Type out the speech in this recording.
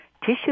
tissue